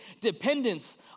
dependence